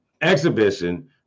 Exhibition